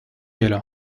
elle